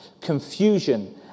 confusion